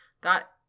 got